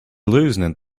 loosened